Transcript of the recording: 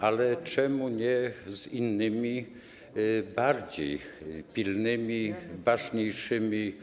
Ale czemu nie z innymi, bardziej pilnymi, ważniejszymi?